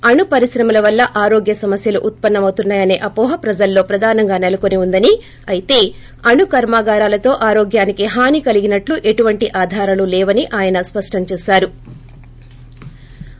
అణు పరిశ్రమల వల్ల ఆరోగ్య సమస్యలు ఉత్సన్న మవుతాయనే అవోహ ప్రజల్లో ప్రధానంగా నెలకొని ఉందని అయితే అణు కర్మాగారాలతో ఆరోగ్యానికి హాని కలిగినట్లు ఎటువంటి ఆధారాలు లేవని ఆయన స్పష్టం చేశారు